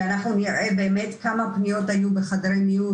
ואנחנו נראה באמת כמה פניות היו בחדרי מיון